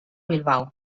bilbao